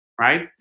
Right